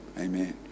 Amen